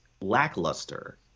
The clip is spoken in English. lackluster